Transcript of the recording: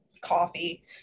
coffee